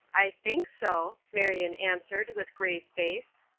i think so, marion answered with grave face.